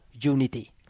unity